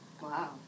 Wow